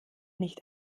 nicht